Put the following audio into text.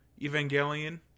evangelion